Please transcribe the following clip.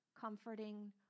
comforting